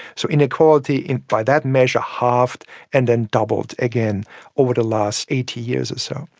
so inequality by that measure halved and then doubled again over the last eighty years or so.